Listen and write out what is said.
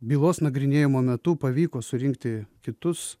bylos nagrinėjimo metu pavyko surinkti kitus